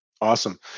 Awesome